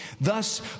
thus